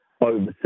overseas